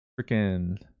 freaking